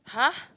!huh!